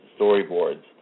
storyboards